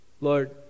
Lord